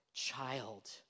child